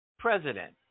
president